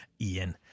IAN